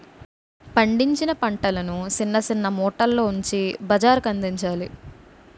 పండించిన పంటలను సిన్న సిన్న మూటల్లో ఉంచి బజారుకందించాలి